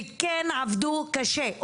וכן עבדו קשה.